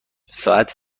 ساعت